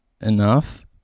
enough